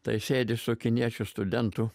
tai sėdi su kiniečiu studentu